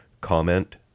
comment